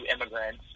immigrants